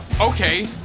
okay